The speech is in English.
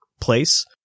place